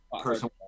person